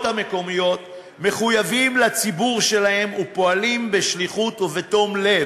המקומיות מחויבים לציבור שלהם ופועלים בשליחות ובתום לב.